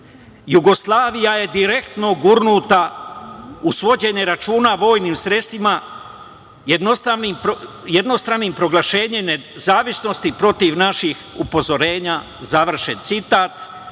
Jugoslavija je direktno gurnuta u svođenje računa vojnim sredstvima jednostranim proglašenjem nezavisnosti protiv naših upozorenja, završen citat,